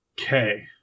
Okay